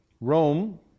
Rome